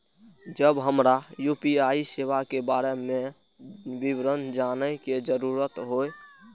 जब हमरा यू.पी.आई सेवा के बारे में विवरण जानय के जरुरत होय?